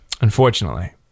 unfortunately